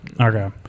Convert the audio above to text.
Okay